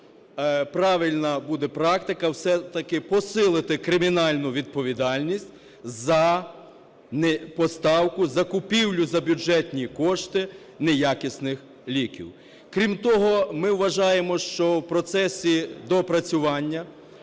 правильна буде практика все-таки посилити кримінальну відповідальність за поставку, закупівлю за бюджетні кошти неякісних ліків. Крім того, ми вважаємо, що в процесі доопрацювання